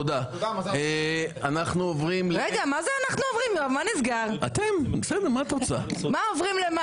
כן, את מפריעה, תקבלי עוד